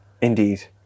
Indeed